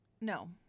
No